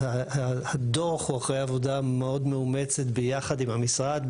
הדוח הוא אחרי עבודה מאוד מאומצת ביחד עם המשרד.